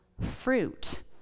fruit